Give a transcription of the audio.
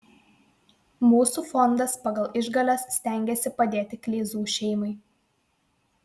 mūsų fondas pagal išgales stengiasi padėti kleizų šeimai